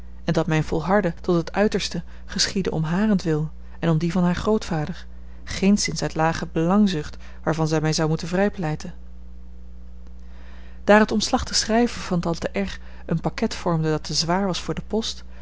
en dat mijn volharden tot het uiterste geschiedde om harentwil en om dien van haar grootvader geenszins uit lage belangzucht waarvan zij mij zou moeten vrijpleiten daar het omslachtig schrijven van tante r een pakket vormde dat te zwaar was voor de post